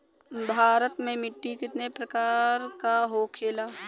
भारत में मिट्टी कितने प्रकार का होखे ला?